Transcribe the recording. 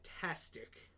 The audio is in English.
fantastic